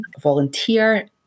volunteer